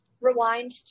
Rewind